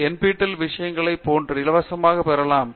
இது நஃபிடெல் விஷயங்களைப் போன்று இலவசமாகப் பெறலாம்